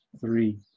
three